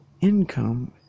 income